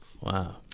Wow